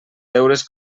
deures